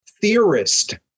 theorist